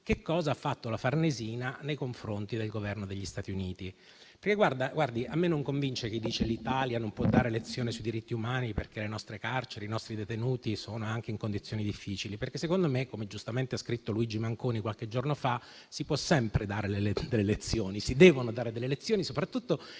che cosa ha fatto la Farnesina nei confronti del Governo degli Stati Uniti? Guardi, a me non convince chi dice che l'Italia non può dare lezioni sui diritti umani, perché le nostre carceri e i nostri detenuti sono anche in condizioni difficili, perché secondo me - come giustamente ha scritto Luigi Manconi qualche giorno fa - si possono sempre dare delle lezioni, si devono dare delle lezioni, soprattutto